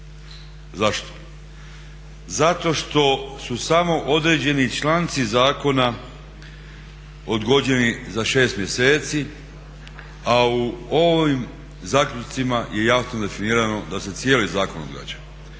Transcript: Zašto? Zato što su samo određeni članci zakona odgođeni za 6 mjeseci a u ovim zaključcima je jasno definirano da se cijeli zakon odgađa.